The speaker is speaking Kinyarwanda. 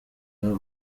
ababa